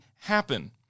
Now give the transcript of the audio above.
happen